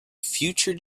future